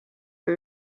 või